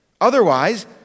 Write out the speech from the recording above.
Otherwise